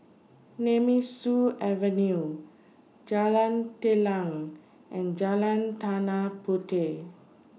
Nemesu Avenue Jalan Telang and Jalan Tanah Puteh